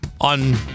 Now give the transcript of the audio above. on